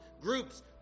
groups